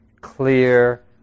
clear